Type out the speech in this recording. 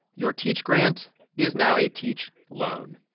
your teach grant is now a teach loan.